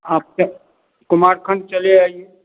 आपके कुमार खंड चले आइए